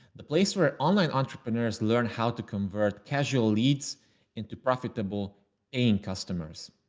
the place where online entrepreneurs learn how to convert casual leads into profitable aine customers.